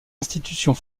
institutions